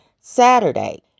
Saturday